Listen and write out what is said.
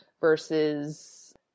versus